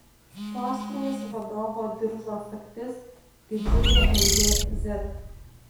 sostinės vadovo diržo sagtis didžiulė raidė z